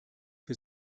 für